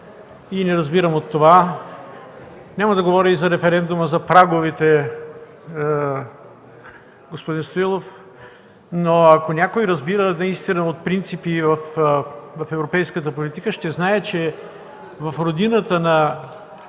и не разбирам от това. Няма да говоря и за референдума, и за праговете, господин Стоилов, но ако някой разбира наистина от принципи в европейската политика, ще знае, че в родината на